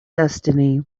destiny